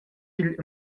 digl